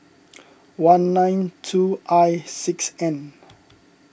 one nine two I six N